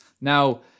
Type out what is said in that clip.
Now